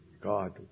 God